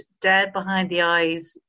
dead-behind-the-eyes